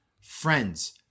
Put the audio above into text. Friends